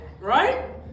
right